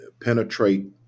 penetrate